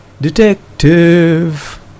DETECTIVE